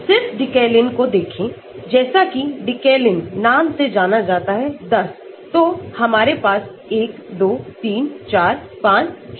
Cis decalin को देखेंजैसा किdecalin नाम से जाना जाता है 10 तो हमारे पास 12345678910 हैं